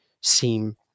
seem